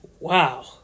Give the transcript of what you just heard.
Wow